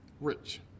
Rich